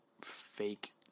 fake